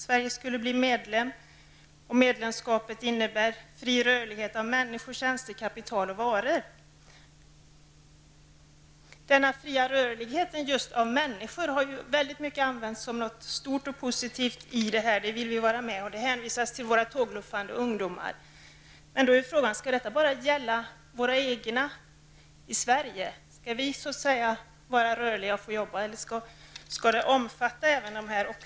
Sverige skulle bli medlem, och medlemskapet innebär fri rörlighet av människor, tjänster, kapital och varor. Just den fria rörligheten av människor har ju anförts som något väldigt stort och positivt i denna fråga; man hänvisar till våra tågluffande ungdomar. Men då är frågan: Skall detta bara gälla oss i Sverige? Är det bara vi som skall vara rörliga och få arbeta, eller skall det omfatta även andra?